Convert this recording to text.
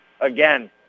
Again